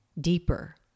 deeper